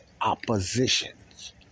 oppositions